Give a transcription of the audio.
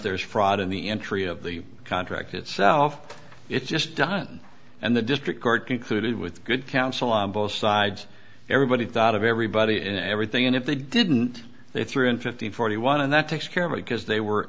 there is fraud in the entry of the contract itself it's just done and the district court concluded with good counsel on both sides everybody thought of everybody and everything and if they didn't they threw in fifty forty one and that takes care of it because they were